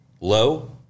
low